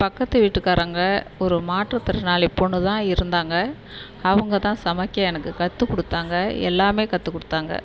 பக்கத்து வீட்டுக்காரங்க ஒரு மாற்றுத்திறனாளி பொண்ணு தான் இருந்தாங்க அவங்க தான் சமைக்க எனக்கு கற்றுக் கொடுத்தாங்க எல்லாம் கற்றுக் கொடுத்தாங்க